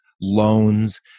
loans